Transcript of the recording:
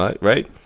right